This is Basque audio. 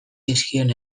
zizkion